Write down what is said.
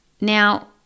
Now